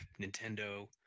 Nintendo